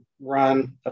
run